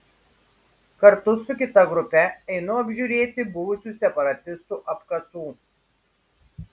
kartu su kita grupe einu apžiūrėti buvusių separatistų apkasų